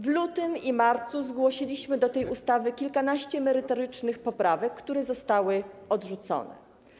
W lutym i marcu zgłosiliśmy do tej ustawy kilkanaście merytorycznych poprawek, które zostały odrzucone.